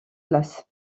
classe